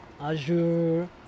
Azure